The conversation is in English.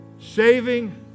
saving